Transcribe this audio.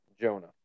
Jonah